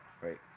right